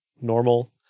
normal